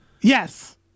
Yes